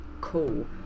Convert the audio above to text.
cool